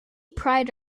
pride